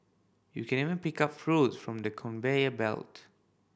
you can even pick up fruits from the conveyor belt